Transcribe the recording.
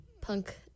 punk